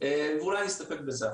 ואולי נסתפק בזה עכשיו.